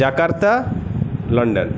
Jakarta London